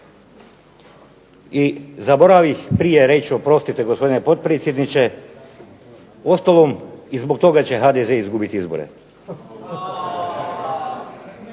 I zaboravih prije reći oprostite gospodine potpredsjedniče. Uostalom i zbog toga će HDZ izgubiti izbore.